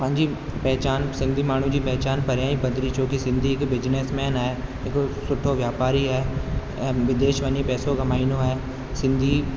पंहिंजी पहचान सिंधी माण्हू जी पहचान परियां ई पधिरी छो की सिंधी हिकु बिजनेसमेन आहे हिकु सुठो व्यापारी आहे ऐं विदेश वञी पैसो कमाईंदो आहे सिंधी